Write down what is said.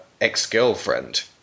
ex-girlfriend